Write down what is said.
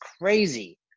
crazy